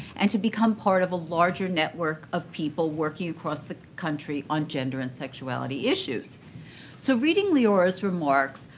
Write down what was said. and to become part of a larger network of people working across the country on gender and sexuality issues so reading leora's remarks,